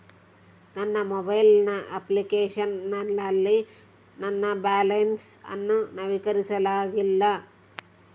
ನನ್ನ mobile application ನಲ್ಲಿ ನನ್ನ ಬ್ಯಾಲೆನ್ಸ್ ಅನ್ನು ನವೀಕರಿಸಲಾಗಿಲ್ಲ